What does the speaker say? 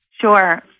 Sure